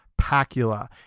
Pacula